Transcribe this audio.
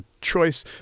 choice